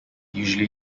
usually